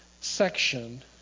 section